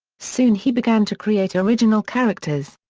soon he began to create original characters.